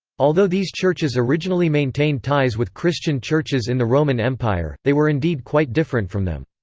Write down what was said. although these churches originally maintained ties with christian churches in the roman empire, they were indeed quite different from them.